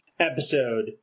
episode